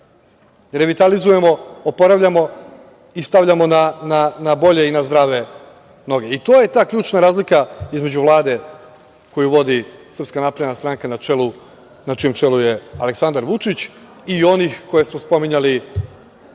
revitalizujemo, oporavljamo i stavljamo na bolje i na zdrave noge.I to je ta ključna razlika između Vlade koju vodi Srpska napredna stranka, na čijem čelu je Aleksandar Vučić i onih koje smo spominjali